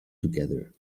together